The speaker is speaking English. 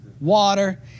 Water